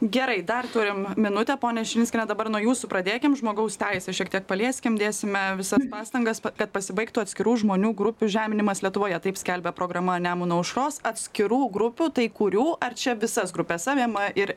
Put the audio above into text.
gerai dar turim minutę ponia širinskiene dabar nuo jūsų pradėkim žmogaus teises šiek tiek palieskim dėsime visas pastangas kad pasibaigtų atskirų žmonių grupių žeminimas lietuvoje taip skelbia programa nemuno aušros atskirų grupių tai kurių ar čia visas grupes apima ir